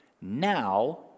Now